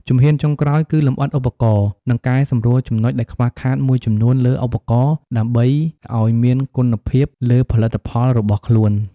ជំហានចុងក្រោយគឺលំអិតឧបករណ៍ និងកែសម្រួលចំណុចដែលខ្វះខាតមួយចំនួនលើឧបករណ៍ ដើម្បីឲ្យមានគុណភាពលើផលិតផលរបស់ខ្លួន។